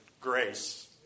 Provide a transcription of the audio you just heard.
grace